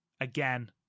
again